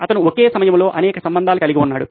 అతను ఒకే సమయంలో అనేక సంబంధాలు కలిగి ఉన్నాడు